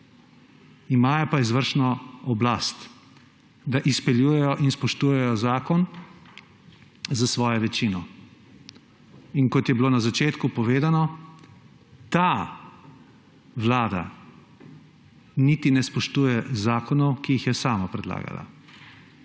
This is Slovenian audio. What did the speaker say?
Imajo pa izvršno oblast, da izpeljujejo in spoštujejo zakon s svojo večino. Kot je bilo na začetku povedano, ta vlada niti ne spoštuje zakonov, ki jih je sama predlagala